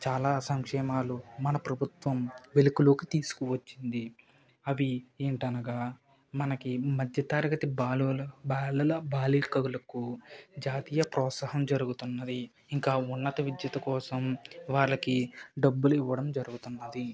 చాలా సంక్షేమాలు మన ప్రభుత్వం వెలుగులోకి తీసుకువచ్చింది అవి ఏంటనగా మనకి మధ్య తరగతి బాలల బాలికలకు జాతీయ ప్రోత్సాహం జరుగుతుంది ఇంకా ఉన్నత విద్యల కోసం వాళ్ళకి డబ్బులు ఇవ్వడం జరుగుతున్నది